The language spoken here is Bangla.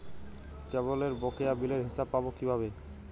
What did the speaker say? কেবলের বকেয়া বিলের হিসাব পাব কিভাবে?